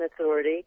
Authority